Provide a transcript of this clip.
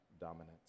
dominance